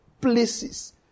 places